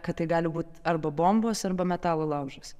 kad tai gali būt arba bombos arba metalo laužas